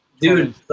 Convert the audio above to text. dude